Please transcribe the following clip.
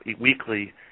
weekly